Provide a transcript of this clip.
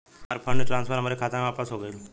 हमार fund transfer हमरे खाता मे वापस हो गईल